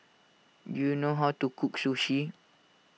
do you know how to cook Sushi